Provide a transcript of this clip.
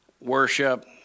worship